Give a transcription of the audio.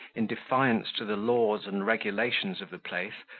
in defiance to the laws and regulations of the place,